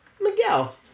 Miguel